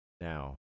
now